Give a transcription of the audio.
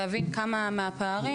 להבין כמה מהפערים,